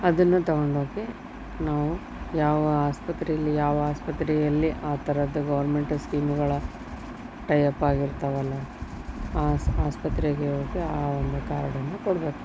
ಅದನ್ನು ತೊಗೊಂಡೋಗಿ ನಾವು ಯಾವ ಆಸ್ಪತ್ರೆಯಲ್ಲಿ ಯಾವ ಆಸ್ಪತ್ರೆಯಲ್ಲಿ ಆ ಥರದ್ದು ಗೌರ್ಮೆಂಟು ಸ್ಕೀಮ್ಗಳ ಟೈಅಪ್ ಆಗಿರ್ತಾವಲ್ವ ಆಸ್ ಆಸ್ಪತ್ರೆಗೆ ಹೋಗಿ ಆ ಒಂದು ಕಾರ್ಡನ್ನು ಕೊಡಬೇಕು